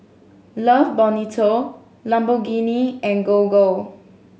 Love Bonito Lamborghini and Gogo